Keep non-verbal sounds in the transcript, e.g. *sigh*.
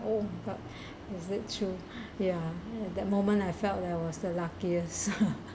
oh but *breath* is it true *breath* ya at that moment I felt like I was the luckiest *laughs*